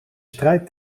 strijd